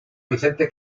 vicente